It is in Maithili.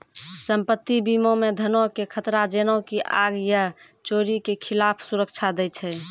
सम्पति बीमा मे धनो के खतरा जेना की आग या चोरी के खिलाफ सुरक्षा दै छै